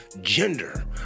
gender